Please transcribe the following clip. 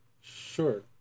Sure